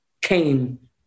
came